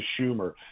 Schumer